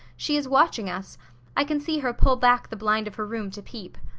she is watching us i can see her pull back the blind of her room to peep.